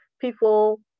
people